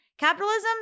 Capitalism